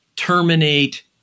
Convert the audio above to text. terminate